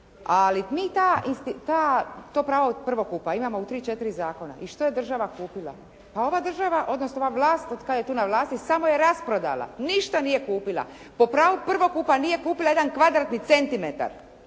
ali mi to pravo prvokupa imamo u tri, četiri zakona. I što je država kupila? Pa ova država odnosno ova vlast koja je tu na vlasti samo je rasprodala, ništa nije kupila. Po pravu prvokupa nije kupila jedan kvadratni centimetar